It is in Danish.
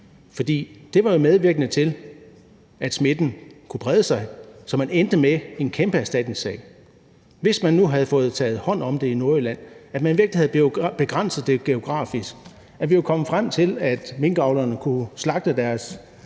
jo var medvirkende til, at smitten kunne brede sig, så man endte med en kæmpe erstatningssag. Hvis man nu havde fået taget hånd om det i Nordjylland; at man virkelig havde begrænset det geografisk; at vi var kommet frem til, at minkavlerne kunne slagte deres